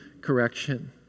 correction